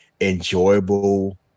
enjoyable